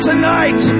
Tonight